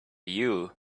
you